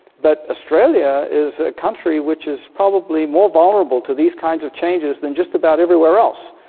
but australia is a country which is probably more vulnerable to these kinds of changes than just about everywhere else,